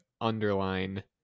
underline